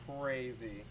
crazy